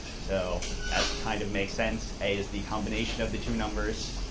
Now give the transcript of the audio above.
so that kind of makes sense a is the combination of the two numbers.